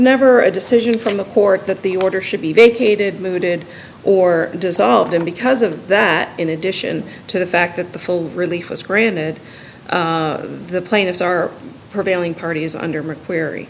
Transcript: never a decision from the court that the order should be vacated mooted or dissolved and because of that in addition to the fact that the full relief was granted the plaintiffs are prevailing parties under mc